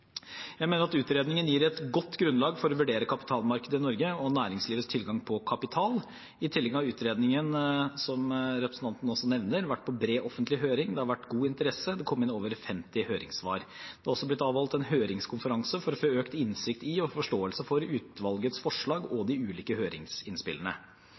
Jeg mener at utredningen gir et godt grunnlag for å vurdere kapitalmarkedet i Norge og næringslivets tilgang på kapital. I tillegg har utredningen, som representanten også nevner, vært på bred offentlig høring. Det har vært god interesse. Det kom inn over 50 høringssvar. Det har også blitt avholdt en høringskonferanse for å få økt innsikt i og forståelse for utvalgets forslag